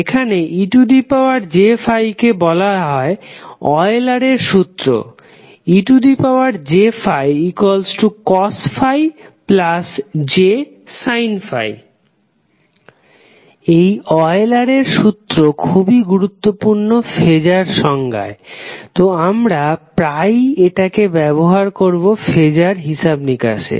এখন ej∅ কে বলা হয় আয়েলার এর সুত্র ej∅∅ j∅ এই আয়েলার এর সুত্র খুবই গুরুত্বপূর্ণ ফেজার সংজ্ঞায় তো আমরা প্রায়ই এটা কে ব্যবহার করবো ফেজার হিসাব নিকাশে